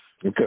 Okay